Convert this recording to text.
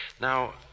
Now